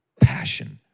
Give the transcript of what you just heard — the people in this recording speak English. Passion